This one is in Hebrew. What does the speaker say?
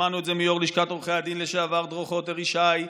שמענו את זה מיו"ר לשכת עורכי הדין לשעבר דרור חוטר ישי,